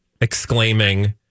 exclaiming